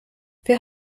wer